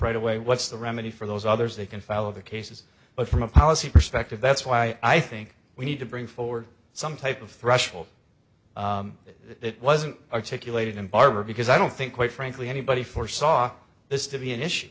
right away what's the remedy for those others they can file other cases but from a policy perspective that's why i think we need to bring forward some type of threshold that wasn't articulated in barber because i don't think quite frankly anybody foresaw this to be an issue